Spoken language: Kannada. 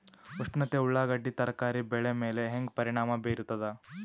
ಉಷ್ಣತೆ ಉಳ್ಳಾಗಡ್ಡಿ ತರಕಾರಿ ಬೆಳೆ ಮೇಲೆ ಹೇಂಗ ಪರಿಣಾಮ ಬೀರತದ?